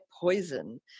poison